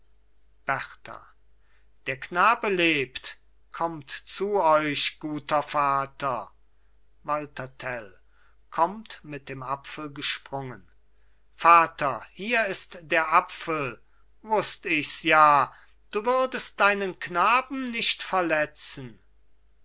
der knabe lebt kommt zu euch guter vater walther tell kommt mit dem apfel gesprungen vater hier ist der apfel wusst ich's ja du würdest deinen knaben nicht verletzen